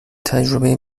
تجربه